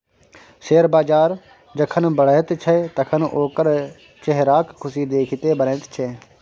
share बजार जखन बढ़ैत छै तखन ओकर चेहराक खुशी देखिते बनैत छै